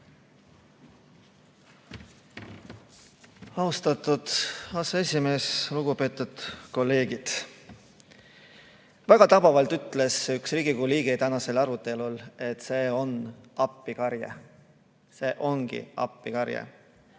Austatud aseesimees! Lugupeetud kolleegid! Väga tabavalt ütles üks Riigikogu liige tänasel arutelul: see on appikarje. See ongi appikarje.